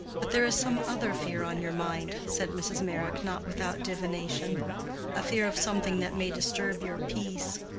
but there is some other fear on your mind, said mrs. meyrick not without divination a fear of something that may disturb your peace.